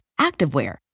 activewear